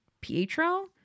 Pietro